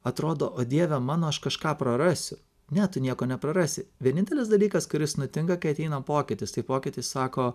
atrodo o dieve mano aš kažką prarasiu ne tu nieko neprarasi vienintelis dalykas kuris nutinka kai ateina pokytis tai pokytis sako